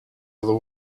other